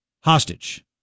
hostage